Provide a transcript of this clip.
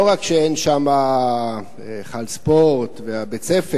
לא רק שאין שם היכל ספורט ובית-ספר,